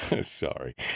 Sorry